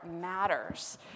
matters